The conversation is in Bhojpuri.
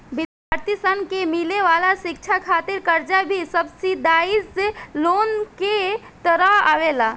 विद्यार्थी सन के मिले वाला शिक्षा खातिर कर्जा भी सब्सिडाइज्ड लोन के तहत आवेला